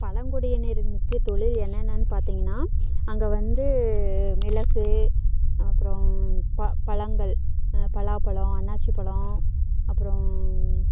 பழங்குடியினரின் முக்கிய தொழில் என்னென்னு பார்த்தீங்கன்னா அங்கே வந்து மிளகு அப்புறம் ப பழங்கள் பலாப் பழம் அன்னாசி பழம் அப்புறம்